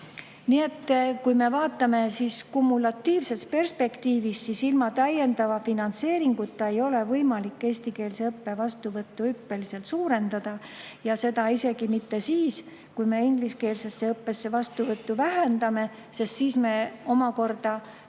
Nii et kui me vaatame kumulatiivses perspektiivis, siis ilma täiendava finantseeringuta ei ole võimalik eestikeelse õppe vastuvõttu hüppeliselt suurendada ja seda isegi mitte siis, kui me ingliskeelsesse õppesse vastuvõttu vähendame, sest siis me omakorda